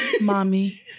Mommy